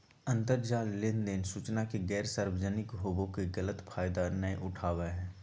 अंतरजाल लेनदेन सूचना के गैर सार्वजनिक होबो के गलत फायदा नयय उठाबैय हइ